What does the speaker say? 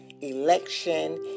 election